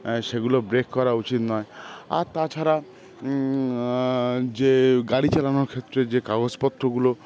সেগুলো ব্রেক করা উচিত না আর তাছাড়া যে গাড়ি চালানোর ক্ষেত্রে যে কাগজপত্রগুলো